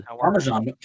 Parmesan